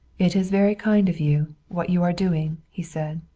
it is very kind of you, what you are doing, he said.